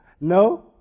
No